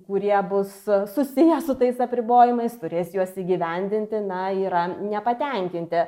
kurie bus a susiję su tais apribojimais turės juos įgyvendinti na yra nepatenkinti